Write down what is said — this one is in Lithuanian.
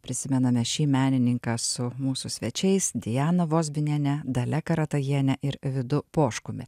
prisimename šį menininką su mūsų svečiais diana vozbiniene dalia karatajiene ir vidu poškumi